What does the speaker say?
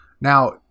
Now